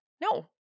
No